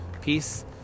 peace